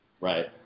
Right